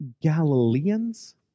Galileans